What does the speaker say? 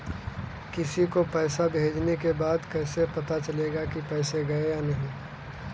किसी को पैसे भेजने के बाद कैसे पता चलेगा कि पैसे गए या नहीं?